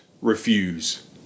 refuse